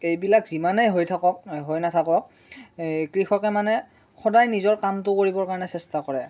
এইবিলাক যিমানে হৈ থাকক হৈ নাথাকক কৃষকে মানে সদায় নিজৰ কামটো কৰিবৰ কাৰণে চেষ্টা কৰে